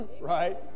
right